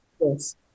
Yes